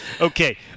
Okay